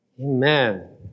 Amen